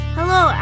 Hello